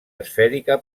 esfèrica